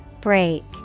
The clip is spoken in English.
break